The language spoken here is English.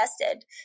tested